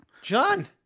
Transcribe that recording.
John